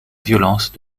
violence